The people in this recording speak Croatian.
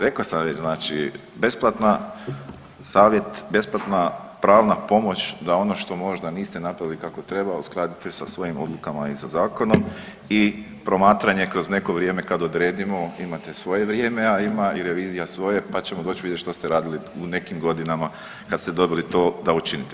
Reko sam već, znači besplatna savjet, besplatna pravna pomoć da ono što možda niste napravili kako treba uskladite sa svojim odlukama i sa zakonom i promatranje kroz neko vrijeme kad odredimo imate svoje vrijeme, a ima i revizija svoje, pa ćemo doć vidjet što ste radili u nekim godinama kad ste dobili to da učinite.